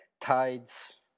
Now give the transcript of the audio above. Tides